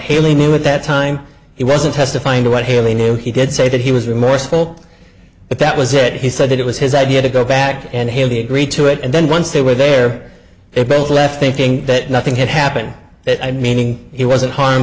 haley knew at that time he wasn't testifying to what he really knew he did say that he was remorseful but that was it he said that it was his idea to go back and he agreed to it and then once they were there they both left thinking that nothing had happened that i meaning he wasn't harm